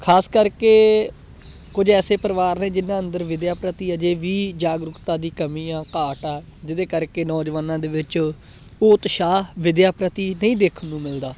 ਖ਼ਾਸ ਕਰਕੇ ਕੁਝ ਐਸੇ ਪਰਿਵਾਰ ਨੇ ਜਿਨ੍ਹਾਂ ਅੰਦਰ ਵਿੱਦਿਆ ਪ੍ਰਤੀ ਹਜੇ ਵੀ ਜਾਗਰੂਕਤਾ ਦੀ ਕਮੀ ਆ ਘਾਟ ਆ ਜਿਹਦੇ ਕਰਕੇ ਨੌਜਵਾਨਾਂ ਦੇ ਵਿੱਚ ਉਹ ਉਤਸ਼ਾਹ ਵਿੱਦਿਆ ਪ੍ਰਤੀ ਨਹੀਂ ਦੇਖਣ ਨੂੰ ਮਿਲਦਾ